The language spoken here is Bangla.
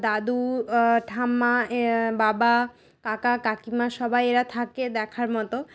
দাদু ঠাম্মা বাবা কাকা কাকিমা সবাই এরা থাকে দেখার মতো